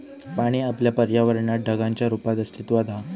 पाणी आपल्या पर्यावरणात ढगांच्या रुपात अस्तित्त्वात हा